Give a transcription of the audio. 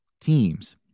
teams